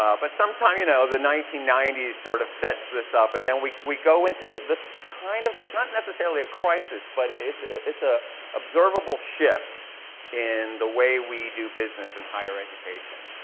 ah but some time you know, the nineteen ninety s sort of sets this up and then we we go into this kind of, its not necessarily a crisis, but its its a observable shift in the way we do business in higher education.